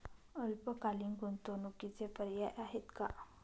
अल्पकालीन गुंतवणूकीचे पर्याय आहेत का?